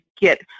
get